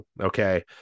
okay